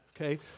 okay